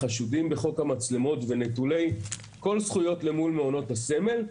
חשודים בחוק המצלמות ונטולי כל זכויות אל מול מעונות הסמל.